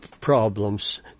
problems